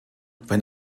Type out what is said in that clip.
wenn